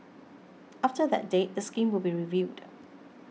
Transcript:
after that date the scheme will be reviewed